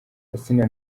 asinah